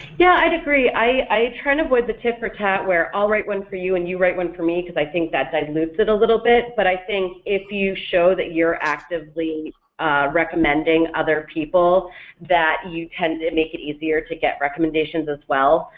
yeah i'd agree, i try to avoid the tit-for-tat where all right one for you and you write one for me because i think that dilutes it a little bit, but i think if you show that you're actively recommending other people that you tend to make it easier to get recommendations as well.